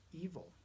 evil